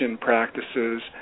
practices